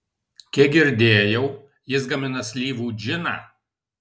kiek girdėjau jis gamina slyvų džiną